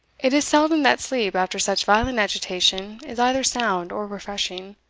it is seldom that sleep, after such violent agitation, is either sound or refreshing.